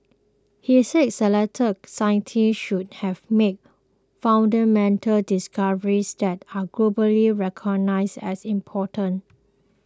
he said selected scientists should have made fundamental discoveries that are globally recognised as important